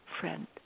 friend